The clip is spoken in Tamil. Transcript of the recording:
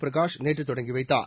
பிரகாஷ் நேற்று தொடங்கி வைத்தார்